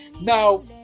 Now